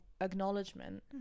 acknowledgement